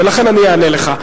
לכן אני אענה לך.